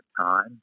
time